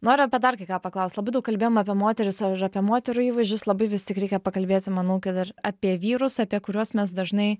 noriu dar kai ką paklausti labai daug kalbėjom apie moteris ir apie moterų įvaizdžius labai vis tik reikia pakalbėti manau kad ir apie vyrus apie kuriuos mes dažnai